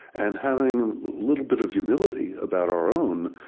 and having a little bit of humility about our own,